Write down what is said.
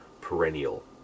perennial